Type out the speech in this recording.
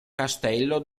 castello